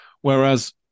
Whereas